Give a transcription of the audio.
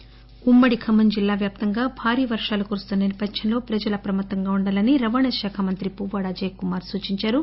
ఖమ్నం ఉమ్మడి ఖమ్మం జిల్లా వ్యాప్తంగా భారీ వర్షాలు కురుస్తున్న నేపథ్యంలో ప్రజలు అప్రమత్తంగా ఉండాలని రవాణా శాఖ మంత్రి పువ్వాడ అజయ్ కుమార్ సూచిందారు